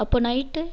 அப்போது நைட்டு